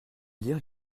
lire